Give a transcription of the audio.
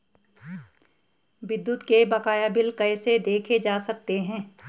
विद्युत के बकाया बिल कैसे देखे जा सकते हैं?